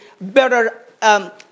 better